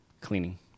cleaning